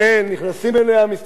נכנסים אליה מסתננים,